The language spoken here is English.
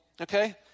okay